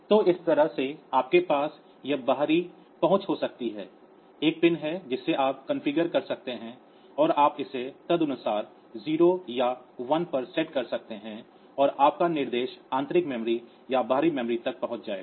तो इस तरह से आपके पास यह बाहरी पहुंच हो सकती है एक पिन है जिसे आप कॉन्फ़िगर कर सकते हैं और आप इसे तदनुसार 0 या 1 पर सेट कर सकते हैं और आपका निर्देश आंतरिक मेमोरी या बाहरी मेमोरी तक पहुंच जाएगा